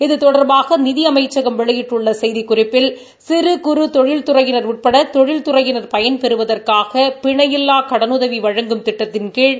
இது தொடர்பாக நிதி அமைச்சகம் வெளியிட்டுள்ள செய்திக்குறிப்பில் சிறு குறு தொழில் துறையினா உட்பட தொழில்துறையினர் பயன்பெறுவதற்காக பிணை இல்வா கடனுதவி வழங்கும் திட்டத்தின்கீழ்